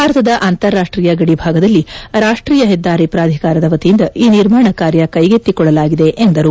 ಭಾರತದ ಅಂತಾರಾಷ್ಟೀಯ ಗಡಿ ಭಾಗದಲ್ಲಿ ರಾಷ್ಟೀಯ ಹೆದ್ದಾರಿ ಪ್ರಾಧಿಕಾರದ ವತಿಯಿಂದ ಈ ನಿರ್ಮಾಣ ಕಾರ್ಯ ಕೈಗೆತ್ತಿಕೊಳ್ಳಲಾಗಿದೆ ಎಂದರು